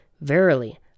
Verily